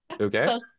Okay